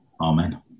Amen